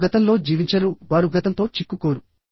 వారు గతంలో జీవించరు వారు గతంతో చిక్కుకోరు